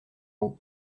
haut